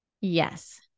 Yes